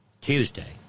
Tuesday